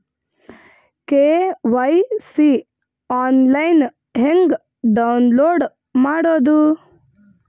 KYC online ಹೆಂಗ್ download ಮಾಡೋದು?